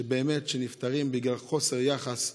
שבאמת נפטרים בגלל חוסר יחס שלנו,